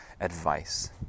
advice